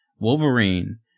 Wolverine